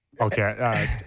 okay